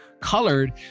colored